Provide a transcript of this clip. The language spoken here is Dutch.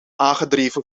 aangedreven